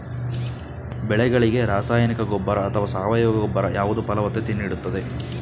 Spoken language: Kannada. ಬೆಳೆಗಳಿಗೆ ರಾಸಾಯನಿಕ ಗೊಬ್ಬರ ಅಥವಾ ಸಾವಯವ ಗೊಬ್ಬರ ಯಾವುದು ಫಲವತ್ತತೆ ನೀಡುತ್ತದೆ?